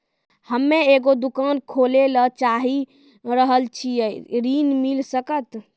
हम्मे एगो दुकान खोले ला चाही रहल छी ऋण मिल सकत?